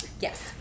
Yes